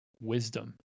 wisdom